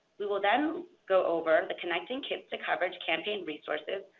we will then go over the connecting kids to coverage campaign resources,